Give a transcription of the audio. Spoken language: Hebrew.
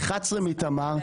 11 מתמר,